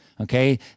Okay